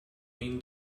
been